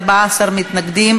עיסאווי, אתם מסבכים את העניינים,